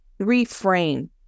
reframe